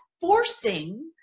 forcing